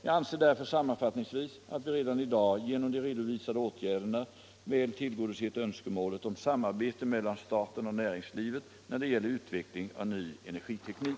Jag anser därför sammanfattningsvis att vi redan i dag genom de redovisade åtgärderna väl tillgodosett önskemålet om samarbete mellan staten och näringslivet när det gäller utveckling av ny energiteknik.